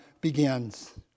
begins